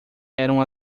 eram